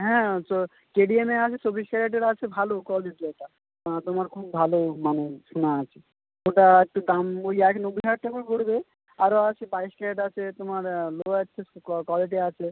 হ্যাঁ তো K D M আছে চব্বিশ ক্যারেটেরও আছে ভালো কোয়ালিটি ওটা হ্যাঁ তোমার খুব ভালো মানের সোনা আছে ওটা একটু দাম ওই এক নব্বই হাজার টাকা পড়বে আরও আছে বাইশ ক্যারেট আছে তোমার লো আছে কোয়ালিটি আছে